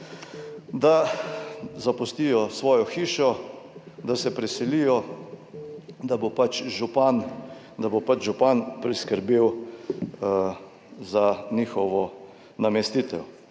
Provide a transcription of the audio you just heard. da zapustijo svojo hišo, da se preselijo, da bo župan priskrbel njihovo namestitev.